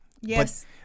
Yes